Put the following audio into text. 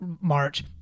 march